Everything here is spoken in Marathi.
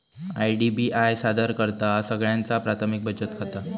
आय.डी.बी.आय सादर करतहा सगळ्यांचा प्राथमिक बचत खाता